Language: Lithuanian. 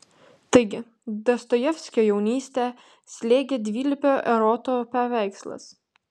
taigi dostojevskio jaunystę slėgė dvilypio eroto paveikslas